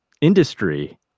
industry